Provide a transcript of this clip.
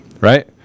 right